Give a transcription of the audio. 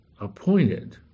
appointed